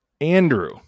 Andrew